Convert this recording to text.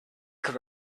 could